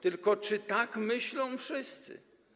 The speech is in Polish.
Tylko czy tak myślą wszyscy?